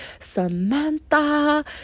Samantha